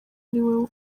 ariwe